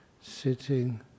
sitting